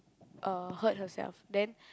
uh hurt herself then